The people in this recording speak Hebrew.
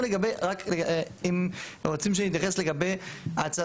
אם רוצים שנתייחס לגבי ההצעה,